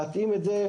להתאים את זה.